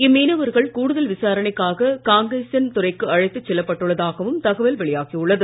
இம்மீனவர்கள் கூடுதல் விசாரணைக்காக காங்கேசன் துறைக்கு அழைத்து செல்லப்பட்டுள்ளதாகவும் தகவல் வெளியாகி உள்ளது